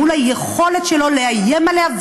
מול היכולת שלו לאיים עליה,